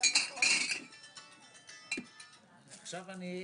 אומרים היא אוטיסטית,